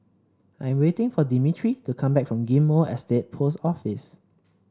I'm waiting for Demetri to come back from Ghim Moh Estate Post Office